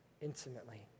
intimately